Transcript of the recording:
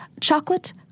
Chocolate